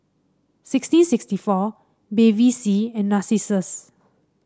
sixteen sixty four Bevy C and Narcissus